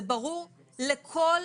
זה ברור לכל